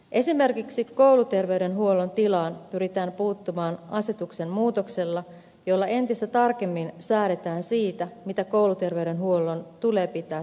esimerkiksi kouluterveydenhuollon tilaan pyritään puuttumaan asetuksen muutoksella jolla entistä tarkemmin säädetään siitä mitä kouluterveydenhuollon tulee pitää sisällään